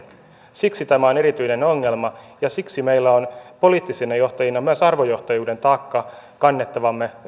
siksi tämä on erityinen ongelma ja siksi meillä on poliittisina johtajina myös arvojohtajuuden taakka kannettavanamme